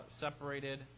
separated